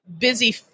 busy